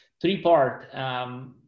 three-part